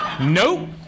Nope